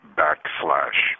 backslash